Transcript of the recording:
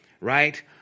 right